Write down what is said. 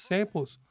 Samples